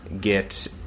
Get